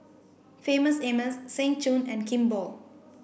Famous Amos Seng Choon and Kimball